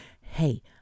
hey